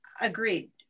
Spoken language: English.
agreed